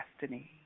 destiny